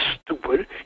stupid